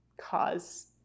cause